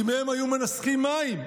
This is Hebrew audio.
שמהם היו מנסכים על המזבח,